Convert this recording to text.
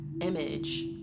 image